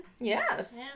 Yes